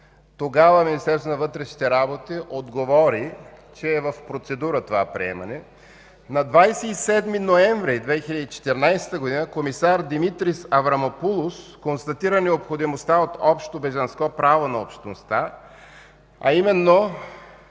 Тогава Министерството на вътрешните работи отговори, че това приемане е в процедура. На 27 ноември 2014 г. комисар Димитрис Аврамопулос констатира необходимостта от общо бежанско право на общността. Той